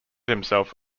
himself